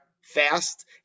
fast